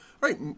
right